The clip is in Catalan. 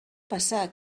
passar